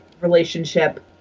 relationship